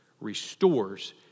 restores